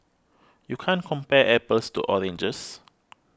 you can't compare apples to oranges